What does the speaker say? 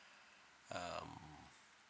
um